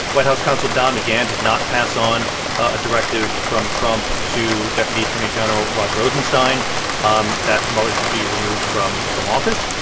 white house counsel don mcgahn did not pass on a directive from trump to deputy attorney general rod rosenstein um that mueller should be removed from from office.